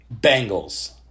Bengals